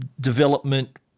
development